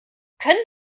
können